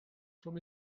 from